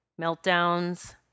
meltdowns